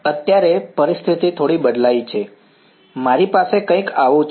અત્યારે પરિસ્થિતિ થોડી બદલાઈ છે મારી પાસે કંઈક આવું છે